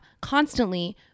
constantly